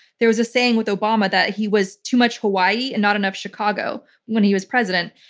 there was a saying with obama, that he was too much hawaii and not enough chicago when he was president.